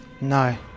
No